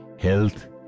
health